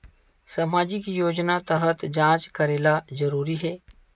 सामजिक योजना तहत जांच करेला जरूरी हे